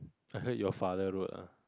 I heard your father road uh